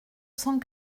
cent